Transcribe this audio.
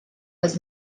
was